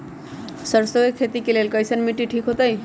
सरसों के खेती के लेल कईसन मिट्टी ठीक हो ताई?